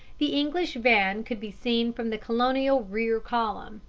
the english van could be seen from the colonial rear column.